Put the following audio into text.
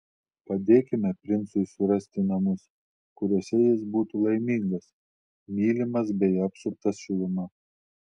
padėkime princui surasti namus kuriuose jis būtų laimingas mylimas bei apsuptas šiluma